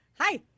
Hi